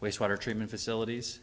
wastewater treatment facilities